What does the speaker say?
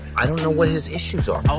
i don't know what his issues are.